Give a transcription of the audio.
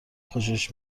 خوشش